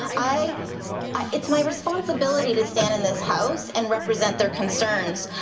i i it's my responsibility to stand in this house and represent their concerns.